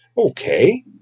Okay